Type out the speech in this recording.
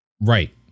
right